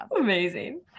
Amazing